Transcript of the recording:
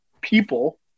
people